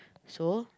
so